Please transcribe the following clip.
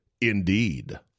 Indeed